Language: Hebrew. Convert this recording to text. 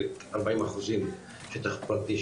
40% שטח פרטי,